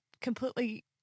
completely